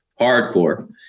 Hardcore